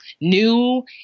new